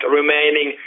remaining